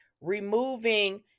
removing